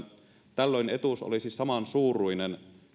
tällöin etuus olisi samansuuruinen